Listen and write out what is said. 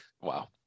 Wow